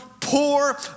poor